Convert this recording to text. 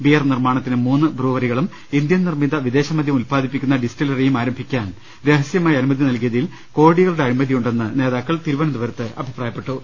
beer നിർമ്മാണത്തിന് മൂന്നു ബ്രൂവറികളും ഇന്ത്യൻ നിർമ്മിത വിദേശമദ്യം ഉല്പാദിപ്പിക്കുന്ന ഡിസ്റ്റിലറിയും ആരംഭിക്കാൻ രഹസ്യമായി ് അനുമതി നൽകിയതിൽ കോടികളുടെ അഴിമതിയുണ്ടെന്ന് നേതാക്കൾ തിരുവനന്തപുരത്ത് പറഞ്ഞു